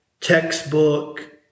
textbook